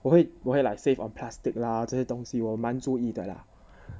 我会我会 like save on plastic lah 这些东西我蛮注意的 lah